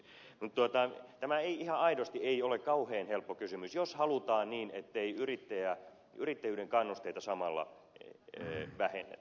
tämä ei ihan aidosti ole kauhean helppo kysymys jos halutaan niin ettei yrittäjyyden kannusteita samalla vähennetä